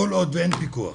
אבל כל עוד אין פיקוח